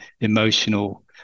emotional